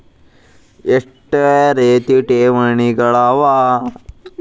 ಎಷ್ಟ ರೇತಿ ಠೇವಣಿಗಳ ಅವ?